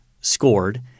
scored